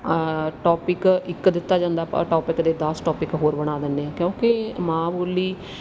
topic ਇੱਕ ਦਿੱਤਾ ਜਾਂਦਾ ਆਪਾਂ ਉਹ ਟੋਪਿਕ ਦੇ ਦਸ ਟੋਪਿਕ ਹੋਰ ਬਣਾ ਦਿੰਦੇ ਹਾਂ ਕਿਉਂਕਿ ਮਾਂ ਬੋਲੀ